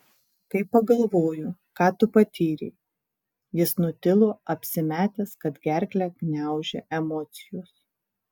kai pagalvoju ką tu patyrei jis nutilo apsimetęs kad gerklę gniaužia emocijos